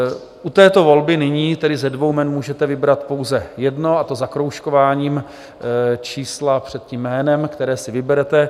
U této volby nyní tedy ze dvou jmen můžete vybrat pouze jedno, a to zakroužkováním čísla před tím jménem, které si vyberete.